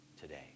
today